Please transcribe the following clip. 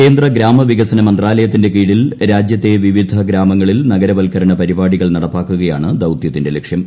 കേന്ദ്ര ഗ്രാമ വികസന മന്ത്രാലയത്തിന്റെ കീഴിൽ രാജ്യത്തെ വിവിധ ഗ്രാമങ്ങളിൽ നഗരവൽക്കരണ പരിപാടികൾ നടപ്പാക്കുകയാണ് ദൌത്യത്തിന്റെ ലക്ഷ്യം